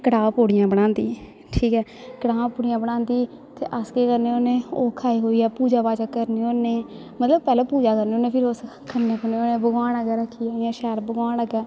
कड़ाह् पूड़ियां बनांदी ठीक ऐ कड़ाह् पूड़ियां बनांदी ते अस केह् करने होन्ने ओह् खाई खूइयै ऐ पूजा पाजा करने होन्ने मतलब पैह्ले पूजा करने होन्ने फिर उस खन्ने खुन्ने होन्ने भगवान अग्गे रक्खियै इ'यां शैल भगवान अग्गे